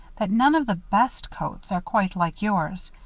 that none of the best coats are quite like yours.